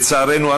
לצערנו,